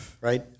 right